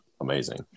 amazing